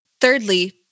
thirdly